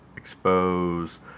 expose